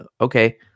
okay